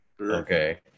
okay